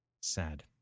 Sad